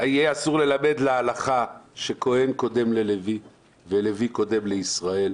הלכה שכהן קודם ללוי ולוי קודם לישראל.